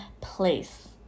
place